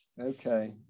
Okay